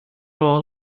all